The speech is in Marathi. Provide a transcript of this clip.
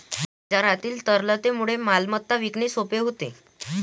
बाजारातील तरलतेमुळे मालमत्ता विकणे सोपे होते